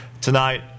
tonight